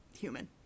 human